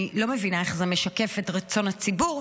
אני לא מבינה איך זה משקף את רצון הציבור.